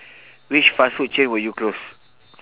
which fast food chain will you close